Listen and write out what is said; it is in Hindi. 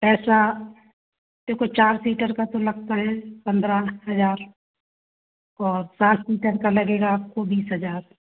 पैसा देखो चार सीटर का तो लगता है पंद्रह हज़ार और सात सीटर का लगेगा आपको बीस हज़ार